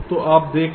तो आप देखें